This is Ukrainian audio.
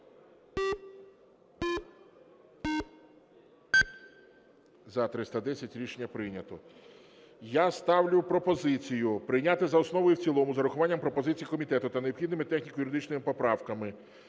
За-310 Рішення прийнято. Я ставлю пропозицію прийняти за основу і в цілому з урахуванням пропозицій комітету та необхідними техніко-юридичними поправками